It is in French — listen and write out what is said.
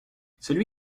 celui